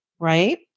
Right